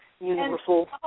universal